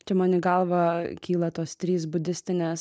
čia man į galvą kyla tos trys budistinės